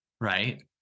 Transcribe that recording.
right